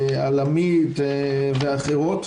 עמית ואחרות.